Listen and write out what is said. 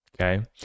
Okay